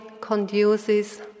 conduces